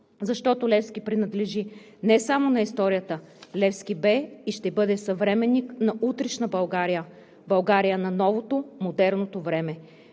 Защото Левски принадлежи не само на историята, Левски бе и ще бъде съвременник на утрешна България – България на новото, модерното време.